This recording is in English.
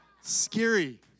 Scary